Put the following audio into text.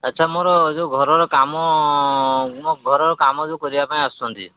ଆଚ୍ଛା ମୋର ଯୋଉ ଘରର କାମ ମୋ ଘରର କାମ ଯୋଉ କରିବା ପାଇଁ ଆସୁଛନ୍ତି